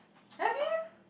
have you